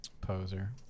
poser